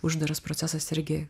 uždaras procesas irgi